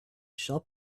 shop